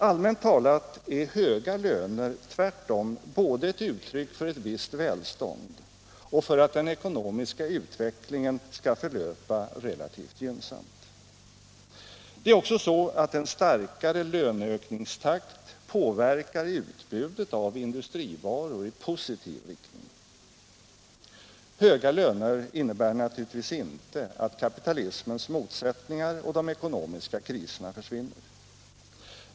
Allmänt talat är höga löner tvärtom ett uttryck för ett visst välstånd och för att den ekonomiska utvecklingen skall förlöpa relativt gynnsamt. Det är också så, att en starkare löneökningstakt påverkar utbudet av industrivaror i positiv riktning. Höga löner innebär naturligtvis inte att kapitalismens motsättningar och de ekonomiska kriserna försvinner.